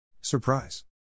Surprise